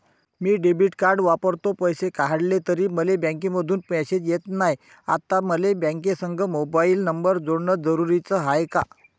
मी debit card वापरतो, पैसे काढले तरी मले बँकेमंधून मेसेज येत नाय, आता मले बँकेसंग मोबाईल नंबर जोडन जरुरीच हाय का?